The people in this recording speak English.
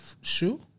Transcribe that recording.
shoe